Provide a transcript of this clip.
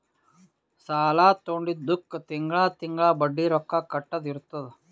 ಸಾಲಾ ತೊಂಡಿದ್ದುಕ್ ತಿಂಗಳಾ ತಿಂಗಳಾ ಬಡ್ಡಿ ರೊಕ್ಕಾ ಕಟ್ಟದ್ ಇರ್ತುದ್